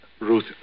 Ruth